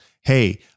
hey